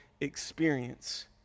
Experience